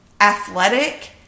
athletic